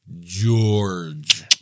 george